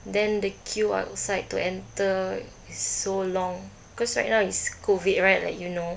then the queue outside to enter is so long cause right now is COVID right like you know